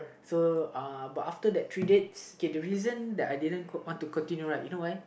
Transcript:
so uh but after that three dates K the reason that I didn't want to continue right you know why